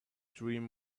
dream